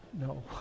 No